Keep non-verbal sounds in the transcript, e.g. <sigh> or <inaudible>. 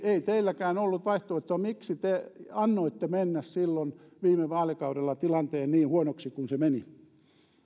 <unintelligible> ei teilläkään ollut vaihtoehtoa miksi te annoitte silloin viime vaalikaudella tilanteen mennä niin huonoksi kuin se meni